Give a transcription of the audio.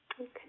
Okay